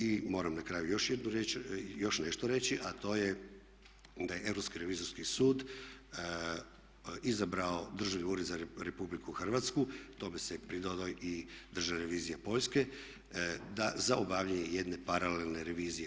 I moram na kraju još jednu riječ, još nešto reći a to je da je Europski revizorski sud izabrao Državni ured za reviziju RH tome se pridodao i Državna revizija Poljske za obavljanje jedne paralelne revizije.